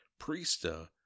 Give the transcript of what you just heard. Priesta